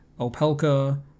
Opelka